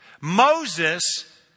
Moses